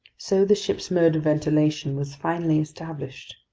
so the ship's mode of ventilation was finally established.